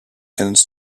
ends